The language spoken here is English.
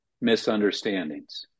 misunderstandings